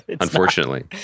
unfortunately